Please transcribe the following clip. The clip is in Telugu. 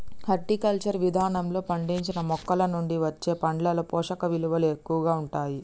హార్టికల్చర్ విధానంలో పండించిన మొక్కలనుండి వచ్చే పండ్లలో పోషకవిలువలు ఎక్కువగా ఉంటాయి